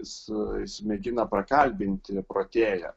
jis jis mėgina prakalbinti protėją